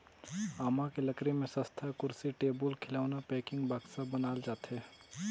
आमा के लकरी में सस्तहा कुरसी, टेबुल, खिलउना, पेकिंग, बक्सा बनाल जाथे